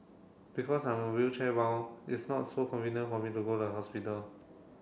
because I'm wheelchair bound it's not so convenient for me to go the hospital